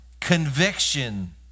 conviction